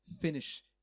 finish